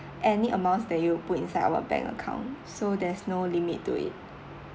any amounts that you put inside our bank account so there's no limit to it